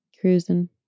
cruising